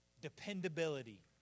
dependability